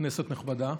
כנסת נכבדה,